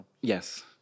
Yes